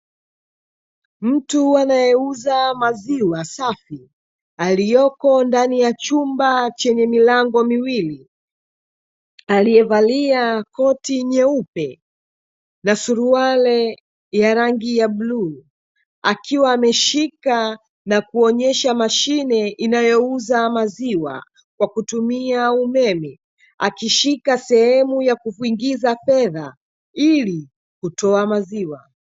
Mtu anayeuza maziwa safi aliyeko ndani ya chumba chenye milango miwili aliyevalia koti nyeupe na suruali ya rangi ya bluu. Akiwa ameshika na kuonyesha mashine inayouza maziwa kwa kutumia umeme, akishika sehemu ya kuingiza fedha ili kutoa maziwa.